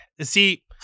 see